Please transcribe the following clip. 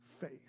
faith